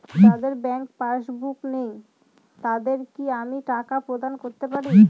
যাদের bank passbook নেই তাদের কি আমি টাকা প্রদান করতে পারি?